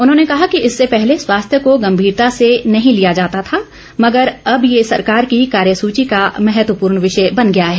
उन्होंने कहा कि इससे पहले स्वास्थ्य को गंभीरता से नहीं लिया जाता था मगर अब यह सरकार की कार्यसूची का महत्वपूर्ण विषय बन गया है